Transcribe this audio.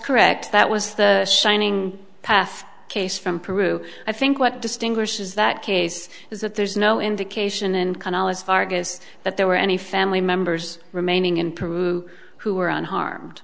correct that was the shining path case from peru i think what distinguishes that case is that there's no indication in canalis fargus that there were any family members remaining in peru who were unharmed